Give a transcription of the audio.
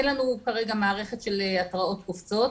אין לנו כרגע מערכת של התרעות קופצות,